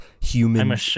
human